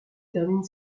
termine